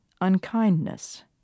Unkindness